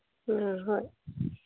ꯑ ꯍꯣꯏ